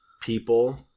people